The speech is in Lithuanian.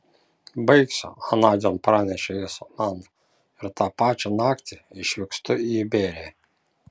baigsiu anądien pranešė jis man ir tą pačią naktį išvykstu į iberiją